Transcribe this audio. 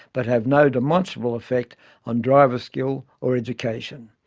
but have no demonstrable effect on driver skill or education.